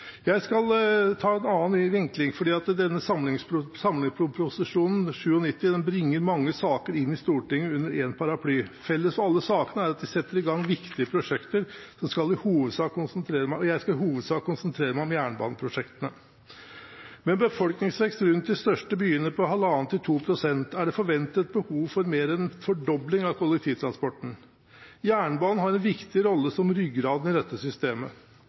Jeg skal ta en annen vinkling, for denne samleproposisjonen, Prop. 97 S, bringer mange saker inn i Stortinget under én paraply. Felles for alle sakene er at de setter i gang viktige prosjekter, og jeg skal i hovedsak konsentrere meg om jernbaneprosjektene. Med en befolkningsvekst rundt de største byene på 1,5–2 pst. er det forventet behov for mer enn en fordobling av kollektivtransporten. Jernbanen har en viktig rolle som ryggraden i dette systemet.